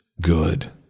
good